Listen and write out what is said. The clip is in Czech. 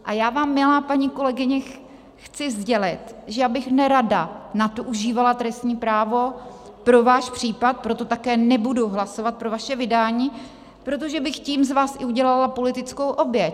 A já vám, milá paní kolegyně, chci sdělit, že já bych nerada na to užívala trestní právo pro váš případ, proto také nebudu hlasovat pro vaše vydání, protože bych tím z vás udělala politickou oběť.